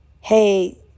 hey